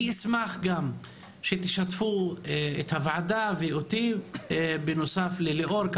אני אשמח שתשתפו את הוועדה ואותי בנוסף לליאור,